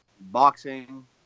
boxing